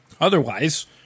Otherwise